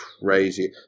crazy